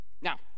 Now